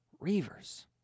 Reavers